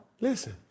Listen